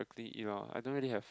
ya I don't really have